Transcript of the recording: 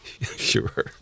Sure